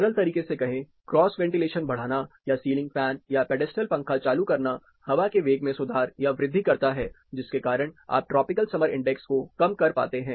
सरल तरीके से कहें क्रॉस वेंटिलेशन बढ़ाना या सीलिंग फैन या पेडस्टल पंखा चालू करना हवा के वेग में सुधार या वृद्धि करता हैं जिसके कारण आप ट्रॉपिकल समर इंडेक्स को कम कर पाते हैं